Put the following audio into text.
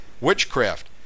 Witchcraft